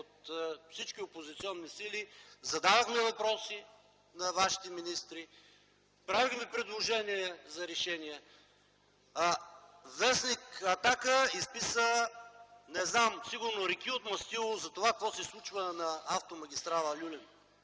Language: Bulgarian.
от всички опозиционни сили, задавахме въпроси на вашите министри, правихме предложения за решения. А в. „Атака” изписа, не знам, сигурно реки от мастило за това, какво се случва на автомагистрала „Люлин”.